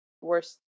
Worst